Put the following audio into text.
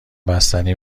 بستنی